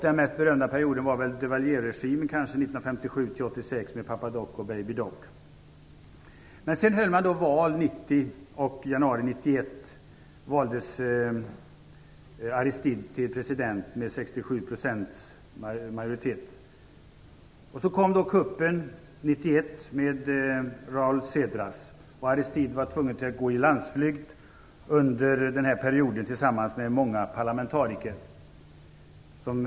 Den mest berömda perioden var nog Duvalierregimen 1957-1986 med genomfördes kuppen med Raoul Cedras. Aristide blev tvungen att tillsammans med många parlamentariker gå i landsflykt.